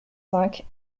cinq